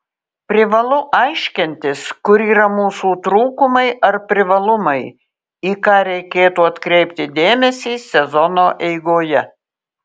privalu aiškintis kur yra mūsų trūkumai ar privalumai į ką reiktų atkreipti dėmesį sezono eigoje